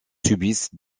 subissent